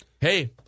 hey